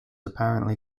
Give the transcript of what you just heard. apparently